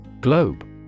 Globe